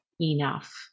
enough